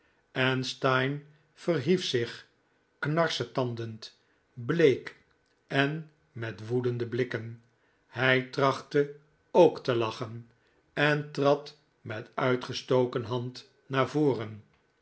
en steyne verhief zich knarsetandend bleek en met woedende blikken hij trachtte ook te lachen en trad met uitgestoken hand naar voren